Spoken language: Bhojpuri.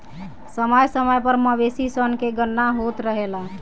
समय समय पर मवेशी सन के गणना होत रहेला